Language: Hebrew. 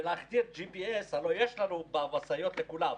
זה להחדיר GPS. הלוא יש במשאיות לכולם,